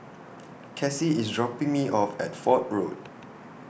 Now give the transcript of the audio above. Cassie IS dropping Me off At Fort Road